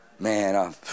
Man